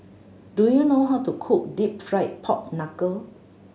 do you know how to cook Deep Fried Pork Knuckle